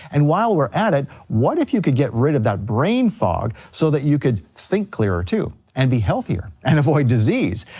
and while we're at it, what if you could get rid of that brain fog so that you could think clearer too? and be healthier, and avoid disease,